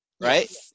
Right